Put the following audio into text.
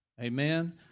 Amen